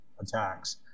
attacks